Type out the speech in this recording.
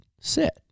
Sit